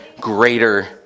greater